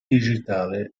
digitale